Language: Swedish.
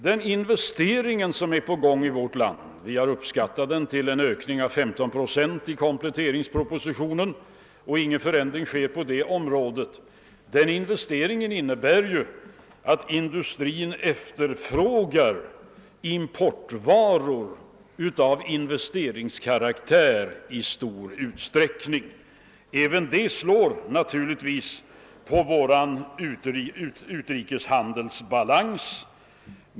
Den investering som är på gång i vårt land — vi har i kompletteringspropositionen uppskattat ökningen där till 15 procent -— innebär, om ingen förändring sker, att industrin i stor utsträckning efterfrågar importvaror av investeringskaraktär. Även det slår naturligtvis på vår utrikeshandelsbalans.